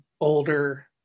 older